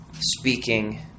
speaking